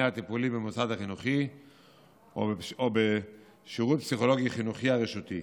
הטיפולי במוסד החינוכי או בשירות הפסיכולוגי-חינוכי הרשותי.